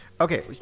Okay